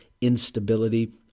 instability